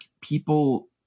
people